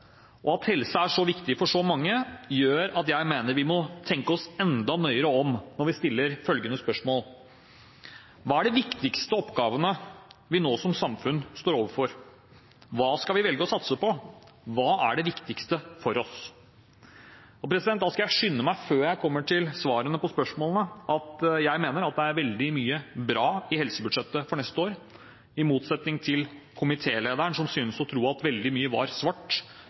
håp. At helse er så viktig for så mange, gjør at jeg mener at vi må tenke oss enda nøyere om når vi stiller følgende spørsmål: Hva er de viktigste oppgavene vi som samfunn nå står overfor? Hva skal vi velge å satse på? Hva er det viktigste for oss? Før jeg kommer til svarene på spørsmålene skal jeg skynde meg å si at jeg mener at det er veldig mye bra i helsebudsjettet for neste år. I motsetning til komitélederen, som synes å tro at veldig mye var svart